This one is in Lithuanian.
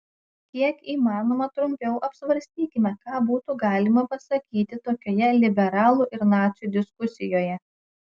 kiek įmanoma trumpiau apsvarstykime ką būtų galima pasakyti tokioje liberalų ir nacių diskusijoje